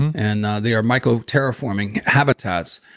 and they are micro terraforming habitats.